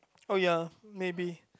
oh ya maybe